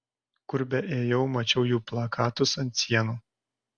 kur beėjau mačiau jų plakatus ant sienų